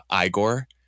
Igor